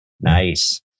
nice